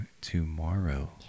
tomorrow